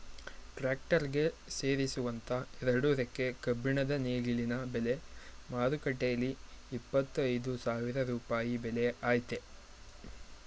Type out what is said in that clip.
tractor ಗೆ ಸೇರಿಸುವಂತ ಎರಡು ರೆಕ್ಕೆ ಕಬ್ಬಿಣದ ನೇಗಿಲಿನ ಬೆಲೆ ಮಾರುಕಟ್ಟೆಲಿ ಇಪ್ಪತ್ತ ಐದು ಸಾವಿರ ರೂಪಾಯಿ ಬೆಲೆ ಆಯ್ತೆ